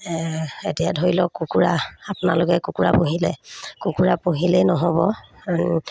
এতিয়া ধৰি লওক কুকুৰা আপোনালোকে কুকুৰা পুহিলে কুকুৰা পুহিলেই নহ'ব